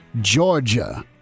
Georgia